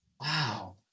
Wow